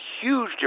huge